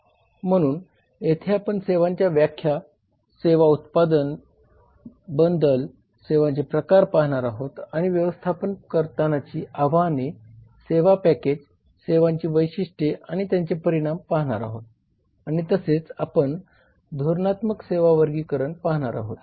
म्हणून येथे आपण सेवांची व्याख्या सेवा उत्पादन बंडल सेवांचे प्रकार पाहणार आहोत आणि व्यवस्थापन करतानाची आव्हाने सेवा पॅकेज सेवांची वैशिष्ट्ये आणि त्यांचे परिणाम पाहणार आहोत आणि तसेच आपण धोरणात्मक सेवा वर्गीकरण पाहणार आहोत